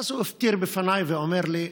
ואז הוא הפטיר בפניי ואומר לי: